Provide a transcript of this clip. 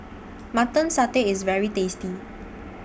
Mutton Satay IS very tasty